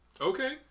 Okay